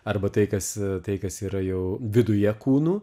arba tai kas tai kas yra jau viduje kūnu